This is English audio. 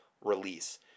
release